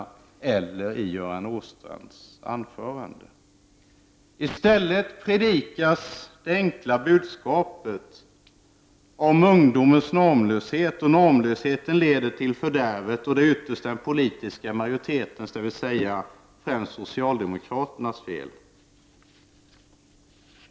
Inte heller Göran Åstrand sade någonting om det i sitt anförande. I stället predikas det enkla budskapet om ungdomens normlöshet, som leder till fördärvet. Det sägs att det ytterst är den politiska majoritetens fel, dvs. främst socialdemokraternas.